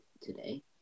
today